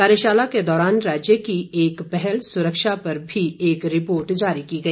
कार्यशाला के दौरान राज्य की एक पहल सुरक्षा पर भी एक रिपोर्ट जारी की गई